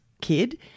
kid